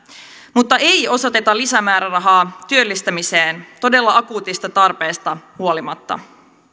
mutta ei osoiteta lisämäärärahaa työllistämiseen todella akuutista tarpeesta huolimatta